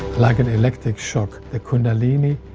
like an electric shock, the kundalini